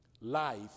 life